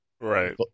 right